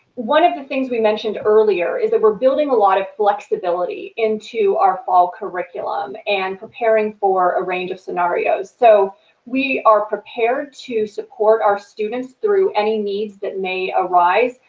one of the things we mentioned earlier is that we're building a lot of flexibility into our fall curriculum and preparing for a range of scenarios. so we are prepared to support our students through any needs that may arise,